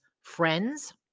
friends